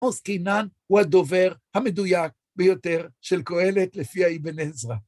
עוז קינן הוא הדובר המדויק ביותר של קהלת לפי האבן עזרא.